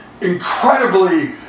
incredibly